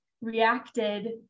reacted